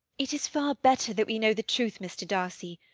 it is far better that we know the truth, mr. darcy.